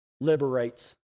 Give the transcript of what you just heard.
liberates